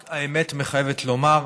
רק, האמת מחייבת לומר,